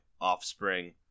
Offspring